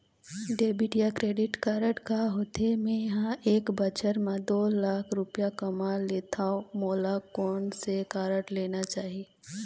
Debit या credit card का होथे, मे ह एक बछर म दो लाख रुपया कमा लेथव मोला कोन से कारड लेना चाही?